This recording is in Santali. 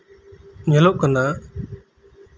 ᱧᱮᱞᱚᱜ ᱠᱟᱱᱟ